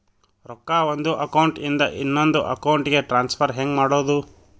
ರೊಕ್ಕ ಒಂದು ಅಕೌಂಟ್ ಇಂದ ಇನ್ನೊಂದು ಅಕೌಂಟಿಗೆ ಟ್ರಾನ್ಸ್ಫರ್ ಹೆಂಗ್ ಮಾಡೋದು?